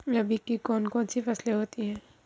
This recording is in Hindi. रबी की कौन कौन सी फसलें होती हैं?